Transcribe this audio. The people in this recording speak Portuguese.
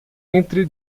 entre